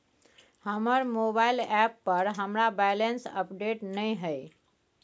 हमर mobile app पर हमरा बैलेंस अपडेट नय हय